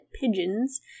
pigeons